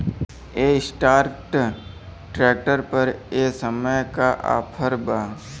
Escort tractor पर ए समय का ऑफ़र बा?